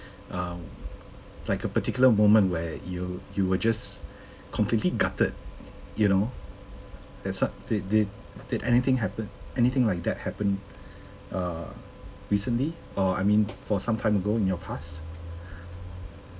um like a particular moment where you you were just completely gutted you know that s~ did did did anything happened anything like that happened err recently or I mean for some time ago in your past